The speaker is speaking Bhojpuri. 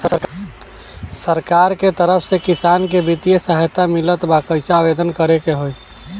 सरकार के तरफ से किसान के बितिय सहायता मिलत बा कइसे आवेदन करे के होई?